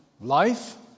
life